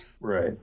Right